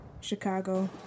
Chicago